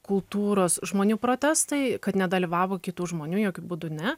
kultūros žmonių protestai kad nedalyvavo kitų žmonių jokiu būdu ne